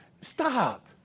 Stop